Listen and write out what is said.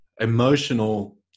emotional